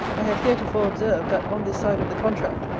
i have heretofore observed, that on this side of the contract,